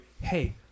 hey